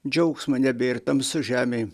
džiaugsmo nebėr tamsu žemėj